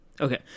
okay